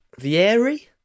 Vieri